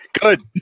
good